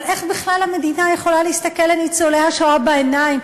אבל איך בכלל המדינה יכולה להסתכל לניצולי השואה בעיניים?